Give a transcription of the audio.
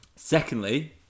Secondly